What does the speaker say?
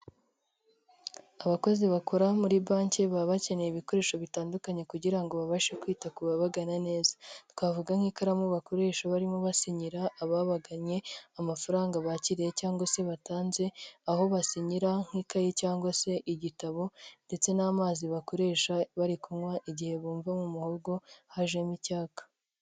Abakozi bakora muri banki baba bakeneye ibikoresho bitandukanye kugira ngo babashe kwita kubabagana neza. Twavuga nk'ikaramu bakoresha barimo basinyira ababaganye, amafaranga bakiriye cyangwa se batanze, aho basinyira nk'ikayi cyangwa se igitabo ndetse n'amazi bakoresha bari kunywa igihe bumva mu muhogo hajemo icyaka.